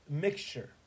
mixture